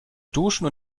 duschen